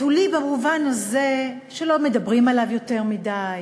בתולי במובן הזה שלא מדברים עליו יותר מדי,